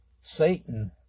Satan